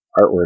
artwork